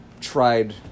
tried